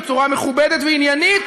בצורה מכובדת ועניינית,